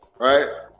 Right